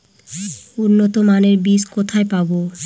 উন্নতমানের বীজ কোথায় পাব?